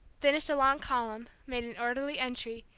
finished a long column, made an orderly entry,